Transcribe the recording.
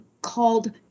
called